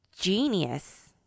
genius